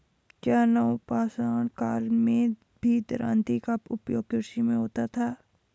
क्या नवपाषाण काल में भी दरांती का उपयोग कृषि में होता था?